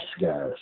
guys